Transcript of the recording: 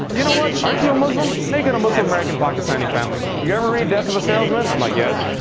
you know what? aren't you a muslim? make it a muslim-american pakistani family. you ever read death of a salesman? i'm like yes.